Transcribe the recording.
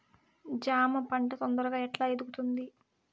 జామ పంట తొందరగా ఎట్లా ఎదుగుతుంది?